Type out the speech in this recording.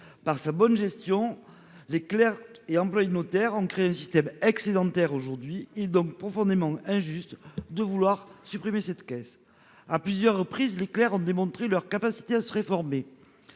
à une bonne gestion, les clercs et employés de notaires ont créé un système excédentaire. Il serait donc profondément injuste de supprimer ce régime. À plusieurs reprises, les clercs ont prouvé leur capacité à se réformer.